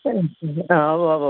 অঁ হ'ব হ'ব